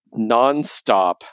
nonstop